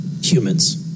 humans